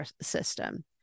system